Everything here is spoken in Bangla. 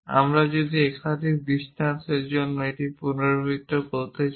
আমরা যদি একাধিক দৃষ্টান্তের জন্য এটি পুনরাবৃত্তি করতে চাই